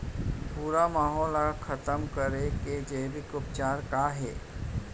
भूरा माहो ला खतम करे के जैविक उपचार का हे?